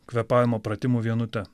kvėpavimo pratimų vienute